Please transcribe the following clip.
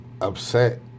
upset